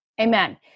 Amen